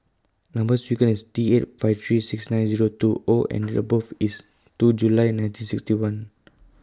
Number sequence IS T eight five three six nine Zero two O and Date of birth IS two July nineteen sixty one